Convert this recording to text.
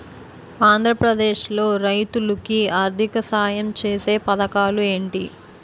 ఆంధ్రప్రదేశ్ లో రైతులు కి ఆర్థిక సాయం ఛేసే పథకాలు ఏంటి?